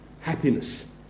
happiness